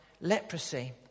leprosy